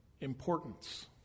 importance